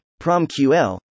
PromQL